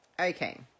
Okay